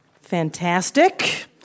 Fantastic